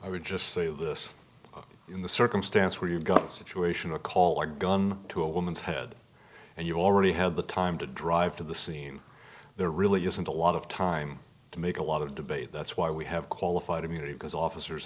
i would just say this in the circumstance where you've got situation a call a gun to a woman's head and you already had the time to drive to the scene there really isn't a lot of time to make a lot of debate that's why we have qualified immunity because officers